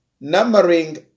numbering